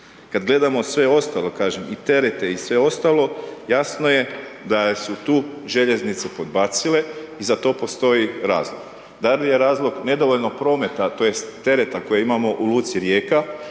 Kad gledamo sve ostale, kažem i terete i sve ostalo, jasno je da su tu željeznice podbacile i za to postoji razlog. Da li je razlog nedovoljnog prometa tj. tereta koji imamo u luci Rijeka,